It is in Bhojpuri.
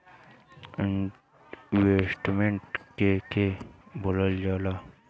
इन्वेस्टमेंट के के बोलल जा ला?